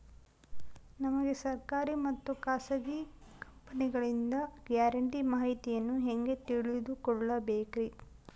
ನಮಗೆ ಸರ್ಕಾರಿ ಮತ್ತು ಖಾಸಗಿ ಕಂಪನಿಗಳಿಂದ ಗ್ಯಾರಂಟಿ ಮಾಹಿತಿಯನ್ನು ಹೆಂಗೆ ತಿಳಿದುಕೊಳ್ಳಬೇಕ್ರಿ?